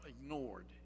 ignored